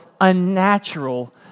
unnatural